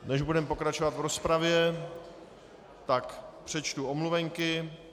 Než budeme pokračovat v rozpravě, tak přečtu omluvenky.